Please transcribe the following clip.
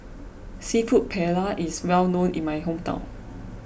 Seafood Paella is well known in my hometown